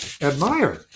admire